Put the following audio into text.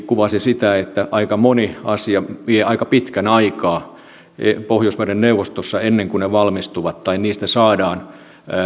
kuvasi sitä että aika moni asia vie aika pitkän aikaa pohjoismaiden neuvostossa ennen kuin ne valmistuvat tai niistä saadaan